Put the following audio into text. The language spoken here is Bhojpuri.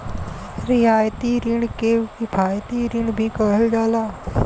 रियायती रिण के किफायती रिण भी कहल जाला